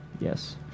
Yes